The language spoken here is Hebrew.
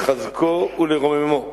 לחזקו ולרוממו,